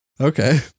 Okay